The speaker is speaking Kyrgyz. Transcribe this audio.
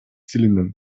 тилинен